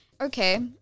Okay